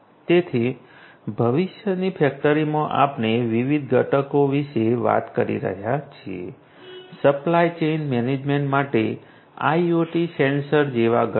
તેથી ભવિષ્યની ફેક્ટરીમાં આપણે વિવિધ ઘટકો વિશે વાત કરી રહ્યા છીએ સપ્લાય ચેઇન મેનેજમેન્ટ માટે IoT સેન્સર જેવા ઘટકો